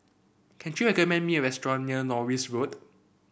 can you recommend me a restaurant near Norris Road